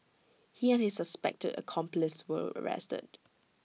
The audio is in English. he and his suspected accomplice were arrested